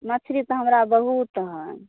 मछली तऽ हमरा बहुत है